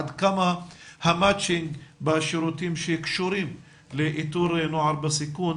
עד כמה המצ'ינג בשירותים שקשורים לאיתור נוער בסיכון,